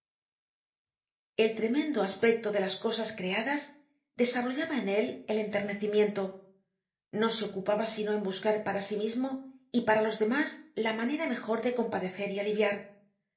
el tremendo aspecto de las cosas creadas desarrollaba en él el enternecimiento no se ocupaba sino en buscar para sí mismo y para los demás la manera mejor de compadecer y aliviar